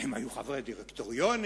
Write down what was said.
הם היו חברי דירקטוריונים.